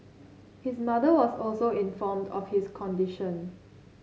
his mother was also informed of his condition